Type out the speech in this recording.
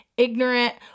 ignorant